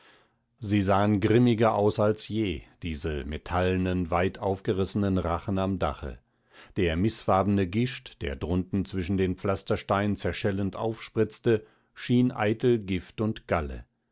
sie sahen grimmiger aus als je diese metallenen weit aufgerissenen rachen am dache der mißfarbene gischt der drunten zwischen den pflastersteinen zerschellend aufspritzte schien eitel gift und galle